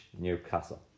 Newcastle